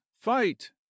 Fight